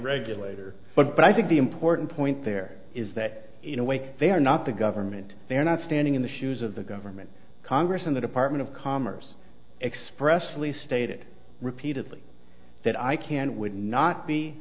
regulator but i think the important point there is that in a way they are not the government they are not standing in the shoes of the government congress and the department of commerce expressly stated repeatedly that i can would not be